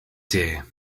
dear